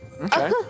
Okay